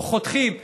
חותכים מהבריאות,